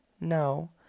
No